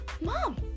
mom